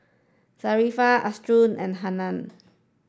Zafran Asharaff and Hana